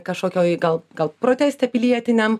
kažkokioj gal gal proteste pilietiniam